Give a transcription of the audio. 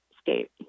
state